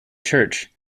church